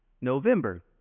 November